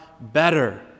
better